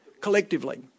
Collectively